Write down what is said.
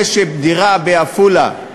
זה שדירה בעפולה,